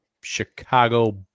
Chicago